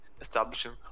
establishing